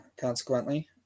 consequently